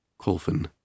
Colfin